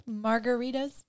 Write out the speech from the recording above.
margaritas